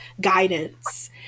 Guidance